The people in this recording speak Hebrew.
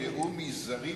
אדוני השר,